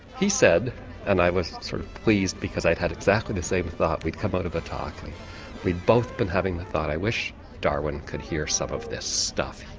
he said and i was sort of pleased because i'd had exactly the same thought, we'd come out of a talk and like we'd both been having the thought i wish darwin could hear some of this stuff,